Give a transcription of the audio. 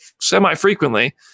semi-frequently